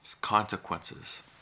consequences